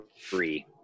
free